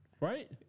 right